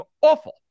awful